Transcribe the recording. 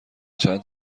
چند